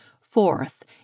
Fourth